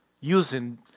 using